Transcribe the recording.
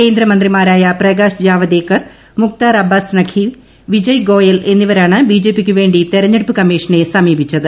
കേന്ദ്രമന്ത്രിമാരായ പ്രകാശ് ജാവേദ്കർ മുക്താർ അബ്ബാസ് നഖ്വി വിജയ് ഗോയൽ എന്നിവരാണ് ബിജെപിക്ക് വേ ി തെരഞ്ഞെടുപ്പ് കമ്മീഷനെ സമീപിച്ചത്